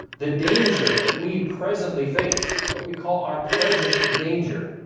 the danger that we presently face what we call our present danger